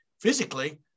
physically